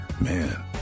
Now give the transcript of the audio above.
Man